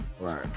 Right